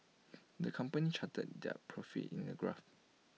the company charted their profits in A graph